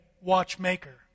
watchmaker